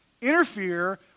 interfere